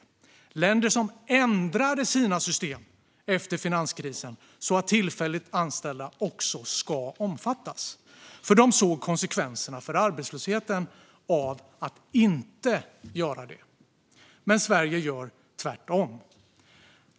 Det är länder som ändrade sina system efter finanskrisen för att tillfälligt anställda också skulle omfattas. De såg nämligen vad konsekvenserna skulle bli för arbetslösheten om man inte gjorde det. Men Sverige gör tvärtom.